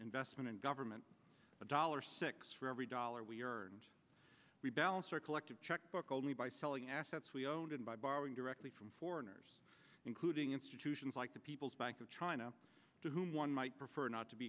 investment and government a dollar six for every dollar we are and we balance our collective checkbook only by selling assets we own and by borrowing directly from foreigners including institutions like the people's bank of china to whom one might prefer not to be